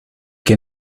que